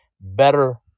better